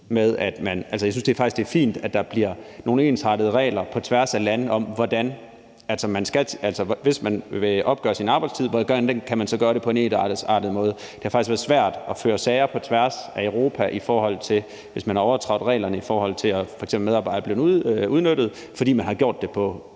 Jeg synes faktisk, det er fint, at der bliver nogle ensartede regler på tværs af lande for, hvordan man kan gøre det på en ensartet måde, hvis man skal opgøre arbejdstiden. Det har faktisk været svært at føre sager på tværs af Europa, hvis man har overtrådt reglerne, f.eks. hvis medarbejdere er blevet udnyttet, fordi man har gjort det på